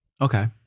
okay